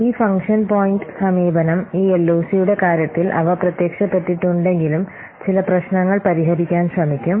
ഈ function point സമീപനം ഈ എൽഒസിയുടെ കാര്യത്തിൽ അവ പ്രത്യക്ഷപ്പെട്ടിട്ടുണ്ടെങ്കിലും ചില പ്രശ്നങ്ങൾ പരിഹരിക്കാൻ ശ്രമിക്കും